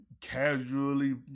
casually